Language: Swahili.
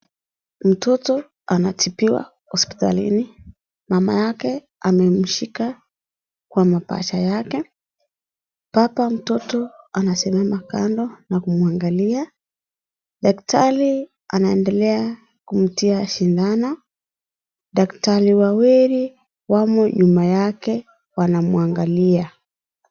Mtoto anatibiwa hospitalini. Mama yake amemshika kwa mapaja yake. Baba mtoto anasimama kando na kumwangalia. Daktari anaendelea kumtia sindano, daktari wawili wamo nyuma yake, wanamuangalia.